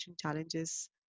challenges